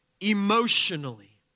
emotionally